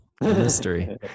Mystery